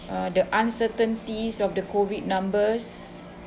uh the uncertainties of the COVID numbers